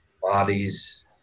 bodies